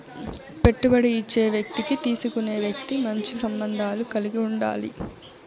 పెట్టుబడి ఇచ్చే వ్యక్తికి తీసుకునే వ్యక్తి మంచి సంబంధాలు కలిగి ఉండాలి